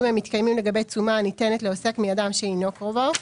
המתקיימים לגבי תשומה הניתנת לעוסק מאדם שאינו קרובו,